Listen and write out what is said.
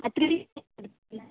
ಅದರಲ್ಲಿ